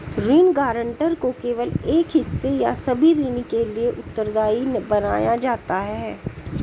ऋण गारंटर को केवल एक हिस्से या सभी ऋण के लिए उत्तरदायी बनाया जाता है